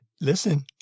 Listen